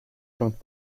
glömt